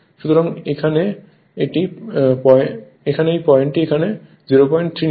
সুতরাং এখানে এটি এখানে পয়েন্ট এখানে এটি 03 নিতে হবে